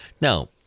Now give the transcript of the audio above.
Now